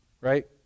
Right